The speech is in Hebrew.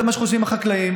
זה מה שחושבים החקלאים,